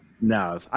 No